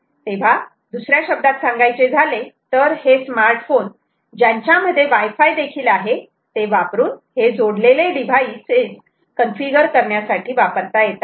तेव्हा दुसऱ्या शब्दात सांगायचे झाले तर हे स्मार्ट फोन ज्यांच्यामध्ये वायफाय देखील आहे ते वापरून हे जोडलेले डिव्हाइसेस कन्फिगर करण्यासाठी वापरता येतात